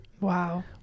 wow